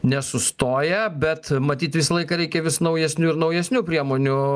nesustoja bet matyt visą laiką reikia vis naujesnių ir naujesnių priemonių